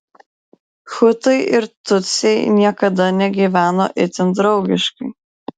hutai ir tutsiai niekada negyveno itin draugiškai